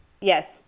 Yes